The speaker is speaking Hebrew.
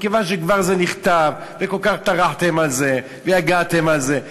מכיוון שכבר זה נכתב וכל כך טרחתם על זה ויגעתם על זה,